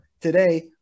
Today